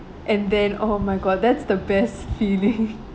and then oh my god that's the best feeling